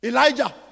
Elijah